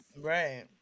Right